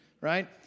Right